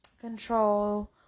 control